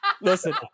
Listen